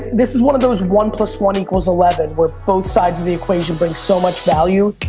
this is one of those one plus one equals eleven. where both sides of the equation brings so much value.